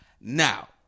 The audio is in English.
now